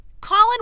Colin